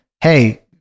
hey